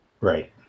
Right